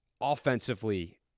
offensively